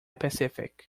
pacific